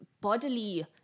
bodily